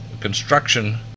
construction